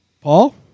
Paul